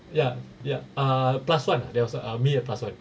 ya ya uh plus one there was uh me and plus one